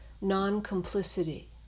Non-Complicity